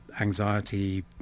anxiety